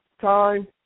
time